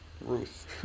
Ruth